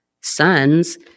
sons